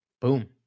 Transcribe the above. Boom